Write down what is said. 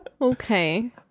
Okay